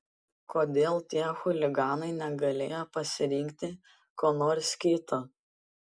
kodėl tie chuliganai negalėjo pasirinkti ko nors kito